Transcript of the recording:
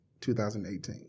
2018